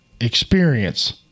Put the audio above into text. experience